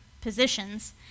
positions